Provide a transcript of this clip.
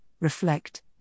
reflect